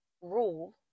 rule